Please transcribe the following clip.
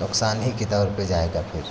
नुकसान ही के तौर पे जाएगा फिर